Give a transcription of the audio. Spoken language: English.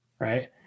Right